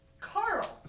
Carl